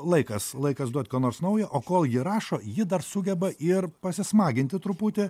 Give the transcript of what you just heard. laikas laikas duot ką nors naujo o kol ji rašo ji dar sugeba ir pasismaginti truputį